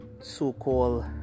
so-called